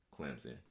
Clemson